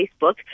Facebook